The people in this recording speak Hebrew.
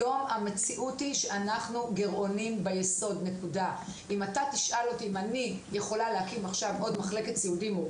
שאם אני איש עסקים שרוצה לבנות דיור בבית חולים סיעודי,